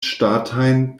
ŝtatajn